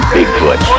Bigfoot